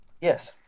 Yes